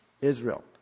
Israel